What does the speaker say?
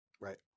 Right